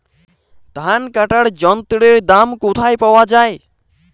ধান কাটার যন্ত্রের দাম কোথায় পাওয়া যায়?